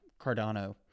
Cardano